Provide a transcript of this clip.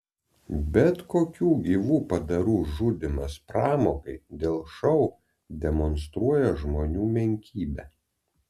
bet kokių gyvų padarų žudymas pramogai dėl šou demonstruoja žmonių menkybę